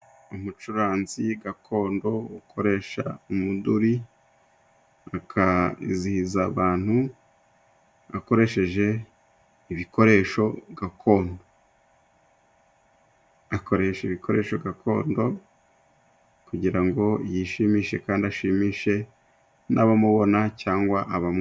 Umucuranzi gakondo ukoresha umuduri, akazihiza abantu akoresheje ibikoresho gakondo. Akoresha ibikoresho gakondo kugira ngo yishimishe kandi ashimishe n'abamubona cyangwa abamwumva.